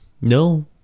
No